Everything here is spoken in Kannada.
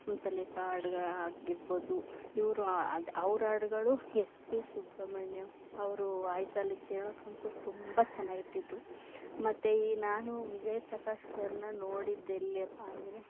ಹಂಸಲೇಖ ಆಡ್ಗಾ ಆಗಿರ್ಬೋದು ಇವ್ರ ಅದು ಅವ್ರ ಹಾಡ್ಗಳು ಎಸ್ ಪಿ ಸುಬ್ರಹ್ಮಣ್ಯಮ್ ಅವ್ರ ವಾಯ್ಸಲ್ಲಿ ಕೇಳಕ್ಕಂತೂ ತುಂಬ ಚೆನ್ನಾಗಿರ್ತಿತ್ತು ಮತ್ತು ಈ ನಾನು ವಿಜಯ್ ಪ್ರಕಾಶ್ ಸರನ್ನ ನೋಡಿದ್ದು ಎಲ್ಲಿಯಪ್ಪ ಅಂದರೆ